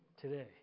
today